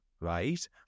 right